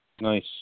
Nice